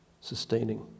sustaining